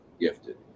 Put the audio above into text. gifted